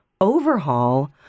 overhaul